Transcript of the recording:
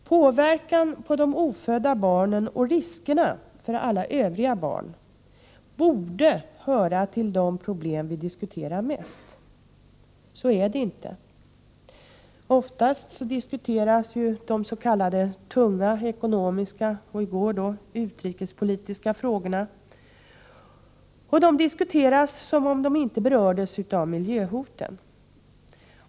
Påverkan på de ofödda barnen och riskerna för alla övriga barn borde höra till de problem vi diskuterar mest. Så är det inte. Oftast diskuteras de s.k. tunga ekonomiska, och i går utrikespolitiska, frågorna, och de diskuteras som om de inte berördes av miljöhoten.